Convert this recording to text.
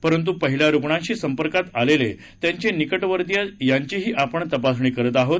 परंतू पहिल्या रुग्णाशी संपर्कात आलेले त्यांचे निकटवर्तीय यांचीही आपण तपासणी करत आहोत